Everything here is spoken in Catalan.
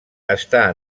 està